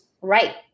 right